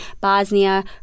Bosnia